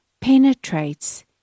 penetrates